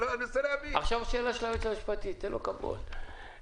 (7) נתן לי פרופורציות על מה אנחנו מדברים.